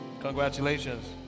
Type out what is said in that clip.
Congratulations